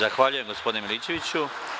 Zahvaljujem, gospodine Milićeviću.